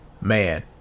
man